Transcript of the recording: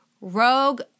Rogue